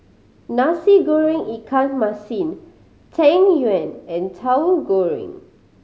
Nasi Goreng ikan masin Tang Yuen and Tahu Goreng